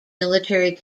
military